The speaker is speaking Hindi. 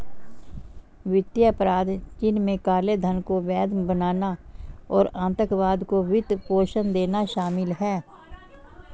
वित्तीय अपराध, जिनमें काले धन को वैध बनाना और आतंकवाद को वित्त पोषण देना शामिल है